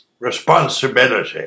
responsibility